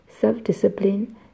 self-discipline